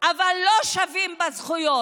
אבל לא שווים בזכויות.